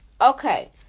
Okay